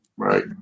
Right